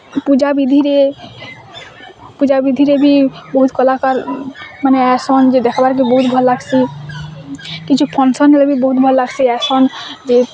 ପୂଜାବିଧିରେ ପୂଜାବିଧିରେ ବି ବୋହୁତ୍ କଲାକାର୍ମାନେ ଆଏସନ୍ ଯେ ଦେଖବାର୍କେ ବହୁତ୍ ଭଲ୍ ଲାଗ୍ସି କିଛୁ ଫଙ୍କସନ୍ ହେଲେ ବି ବହୁତ୍ ଭଲ୍ ଲାଗ୍ସି ଆସନ୍ ଯେ